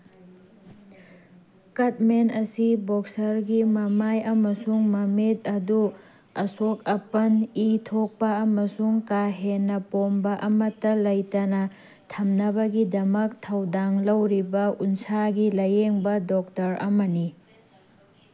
cutman ꯑꯁꯤ ꯕꯣꯛꯁꯔꯒꯤ ꯃꯃꯥꯏ ꯑꯃꯁꯨꯡ ꯃꯃꯤꯠ ꯑꯗꯨ ꯑꯁꯣꯛ ꯑꯄꯟ ꯏ ꯊꯣꯛꯄ ꯑꯃꯁꯨꯡ ꯀꯥ ꯍꯦꯟꯅ ꯄꯣꯝꯕ ꯑꯃꯠꯇ ꯂꯩꯇꯅ ꯊꯝꯅꯕꯒꯤꯗꯃꯛ ꯊꯧꯗꯥꯡ ꯂꯧꯔꯤꯕ ꯎꯟꯁꯥꯒꯤ ꯂꯥꯌꯦꯡꯕ ꯗꯣꯛꯇꯔ ꯑꯃꯅꯤ